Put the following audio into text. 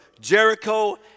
Jericho